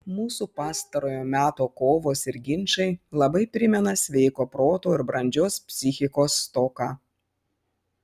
mūsų pastarojo meto kovos ir ginčai labai primena sveiko proto ir brandžios psichikos stoką